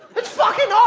it's fucking